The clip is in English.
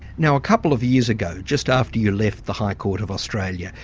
now a couple of years ago, just after you left the high court of australia,